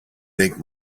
make